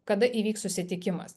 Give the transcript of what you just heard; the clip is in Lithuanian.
kada įvyks susitikimas